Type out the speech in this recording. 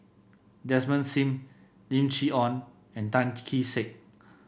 Desmond Sim Lim Chee Onn and Tan Kee Sek